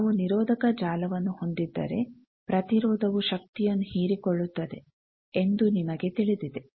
ನಾವು ನಿರೋಧಕ ಜಾಲವನ್ನು ಹೊಂದಿದ್ದರೆ ಪ್ರತಿರೋಧವು ಶಕ್ತಿಯನ್ನು ಹೀರಿಕೊಳ್ಳುತ್ತದೆ ಎಂದು ನಿಮಗೆ ತಿಳಿದಿದೆ